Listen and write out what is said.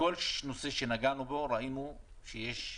בכל נושא שנגענו בו ראינו שיש מחסור,